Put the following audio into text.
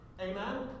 Amen